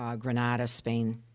ah granada, spain.